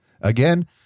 Again